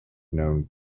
known